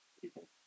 people